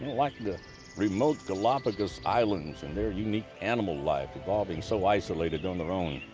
like the remote galapagos islands and their unique animal life evolving so isolated on their own